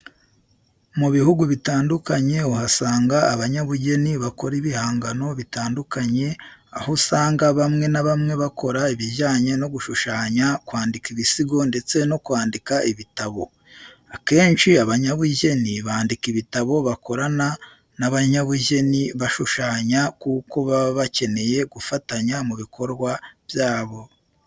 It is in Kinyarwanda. Mu bihugu bitandukanye uhasanga abanyabugeni bakora ibihangano bitandukanye, aho usanga bamwe na bamwe bakora ibijyanye no gushushanya, kwandika ibisigo ndetse no kwandika ibitabo. Akenshi abanyabugeni bandika ibitabo bakorana n'abanyabugeni bashushanya kuko baba bakeneye gufatanya mu bikorwa byabo.